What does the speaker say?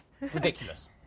ridiculous